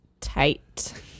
tight